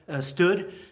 stood